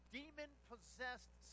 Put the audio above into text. demon-possessed